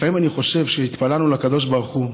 לפעמים אני חושב שהתפללנו לקדוש ברוך הוא,